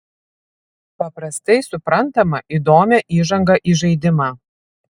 paprastai suprantamą įdomią įžangą į žaidimą